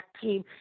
team